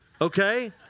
okay